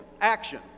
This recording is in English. Action